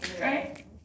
Right